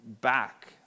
back